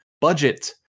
Budget